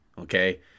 Okay